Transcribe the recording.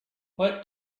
what